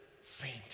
saint